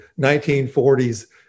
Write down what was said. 1940s